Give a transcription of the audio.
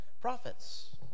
prophets